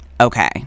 Okay